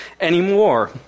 anymore